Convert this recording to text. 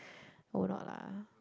will not lah